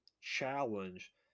challenge